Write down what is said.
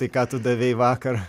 tai ką tu davei vakar